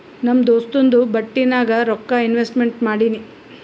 ನಮ್ ದೋಸ್ತುಂದು ಬಟ್ಟಿ ನಾಗ್ ರೊಕ್ಕಾ ಇನ್ವೆಸ್ಟ್ಮೆಂಟ್ ಮಾಡಿನಿ